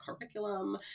curriculum